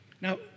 Now